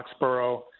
Foxborough